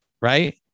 Right